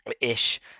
ish